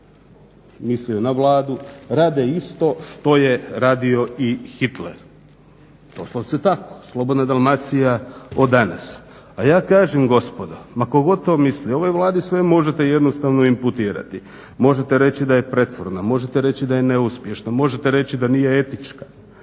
mislio na Vladu, rade isto što je radio i Hitler. Doslovce tako, Slobodna Dalmacija od danas. A ja kažem gospodo, ma tko god to mislio, ovoj Vladi sve možete jednostavno imputirati. Možete reći da je prijetvorna, možete reći da je neuspješna, možete reći da nije etička,